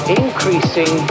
increasing